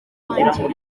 wanjye